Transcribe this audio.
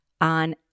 on